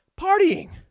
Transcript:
partying